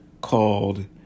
called